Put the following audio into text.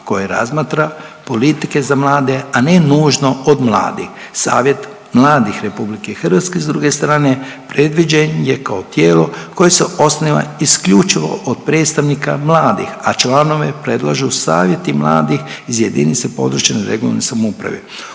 koje razmatra politike za mlade, a ne nužno od mladih. Savjet mladih Republike Hrvatske s druge strane predviđen je kao tijelo koje se osniva isključivo od predstavnika mladih, a članove predlažu savjeti mladih iz jedinice područne (regionalne) samouprave.